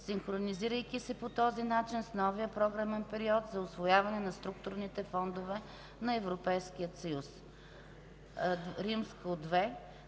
синхронизирайки се по този начин с новия програмен период за усвояване на структурните фондове на Европейския съюз. II.